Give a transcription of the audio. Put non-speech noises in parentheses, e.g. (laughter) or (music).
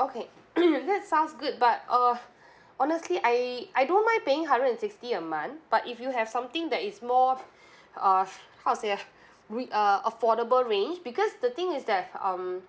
okay (noise) that sounds good but uh honestly I I don't mind paying hundred and sixty a month but if you have something that is more uh how to say ah wi~ uh affordable range because the thing is that um